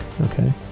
okay